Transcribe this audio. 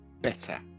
better